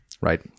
Right